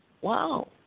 wow